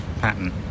pattern